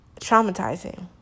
traumatizing